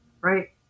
right